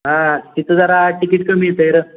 हां तिथं जरा टिकीट कमी येतं आहे रे